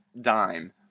dime